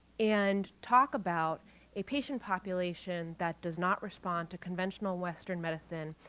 and talk about a patient population that does not respond to conventional western medicine,